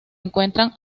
encuentran